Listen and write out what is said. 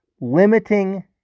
limiting